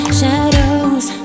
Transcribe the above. shadows